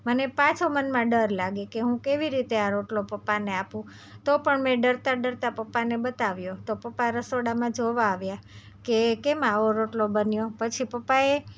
મને પાછો મનમાં ડર લાગે કે હું કેવી રીતે આ રોટલો પપ્પાને આપું તો પણ મેં ડરતા ડરતા પપ્પાને બતાવ્યો તો પપ્પા રસોડામાં જોવા આવ્યા કે કેમ આવો રોટલો બન્યો પછી પપ્પાએ